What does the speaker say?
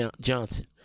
Johnson